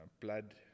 blood